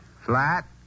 Flat